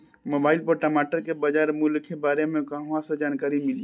Mobile पर टमाटर के बजार मूल्य के बारे मे कहवा से जानकारी मिली?